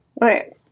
Right